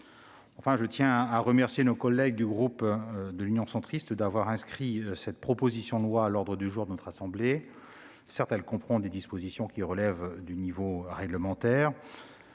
Enfin, je tiens à remercier nos collègues du groupe Union Centriste d'avoir inscrit cette proposition de loi à l'ordre du jour des travaux de notre assemblée. Certes, ce texte comprend des dispositions qui relèvent du domaine réglementaire.